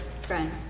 friend